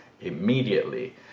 immediately